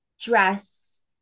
dress